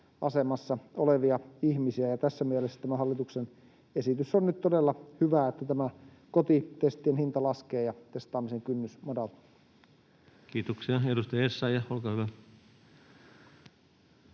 asemassa olevia ihmisiä. Tässä mielessä tämä hallituksen esitys on nyt todella hyvä, että kotitestien hinta laskee ja testaamisen kynnys madaltuu. Kiitoksia. — Edustaja Essayah, olkaa hyvä.